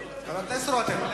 הכנסת רותם,